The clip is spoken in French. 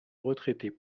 retraités